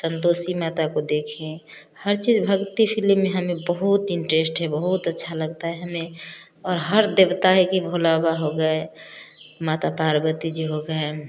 संतोषी माता को देखें हर चीज भक्ति फिलिम में हमें बहुत इंटरेस्ट है बहुत अच्छा लगता है हमें और हर देवता है कि भोला बाबा हो गए माता पार्वती जी हो गईं